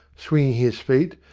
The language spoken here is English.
swinging his feet,